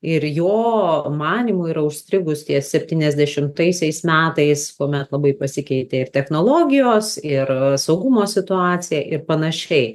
ir jo manymu yra užstrigus ties septyniasdešimtaisiais metais kuomet labai pasikeitė ir technologijos ir saugumo situacija ir panašiai